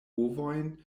ovojn